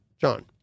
John